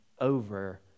over